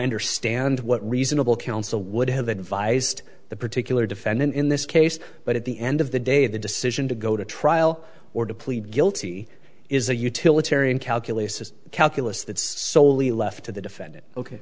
understand what reasonable counsel would have advised the particular defendant in this case but at the end of the day the decision to go to trial or to plead guilty is a utilitarian calculus calculus that's solely left to the defendant ok